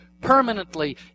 permanently